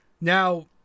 Now